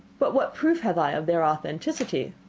but what proof have i of their authenticity?